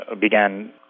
began